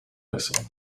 whistle